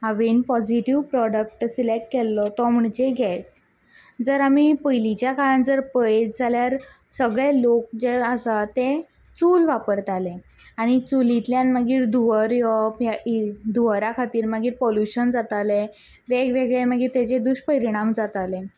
हांवें positive product select केल्लो तो म्हणजे गैस जर आमी पयलीच्या काळांत पळयत जाल्यार सगळे लोक जे आसात ते चूल वापरताले आनी मागीर चुलींतल्यान धुंवर येवप हें एक धुंवरा खातीर मागीर पोल्युशन जातालें वेगवेगळे मागीर ताजे दुशपरिणाम जाताले